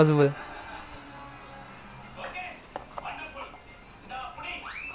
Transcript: but I mean nikki like okay lah alan ஏழு மணி வந்தா:yaelu mani vantha he join their team than a bit sad lah